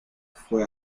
fue